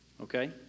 Okay